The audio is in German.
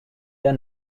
der